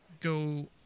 go